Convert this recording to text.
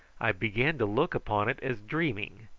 i began to look upon it as dreaming,